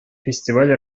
фестиваль